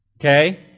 Okay